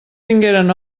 vingueren